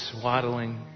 swaddling